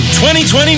2020